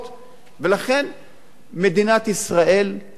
מדינת ישראל יודעת לעשות הרבה דברים,